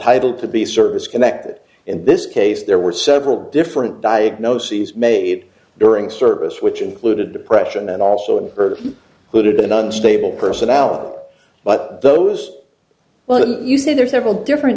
entitle to the service connected in this case there were several different diagnoses made during service which included depression and also a bird who did unstable personality but those well you say there are several different